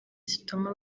zituma